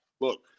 Look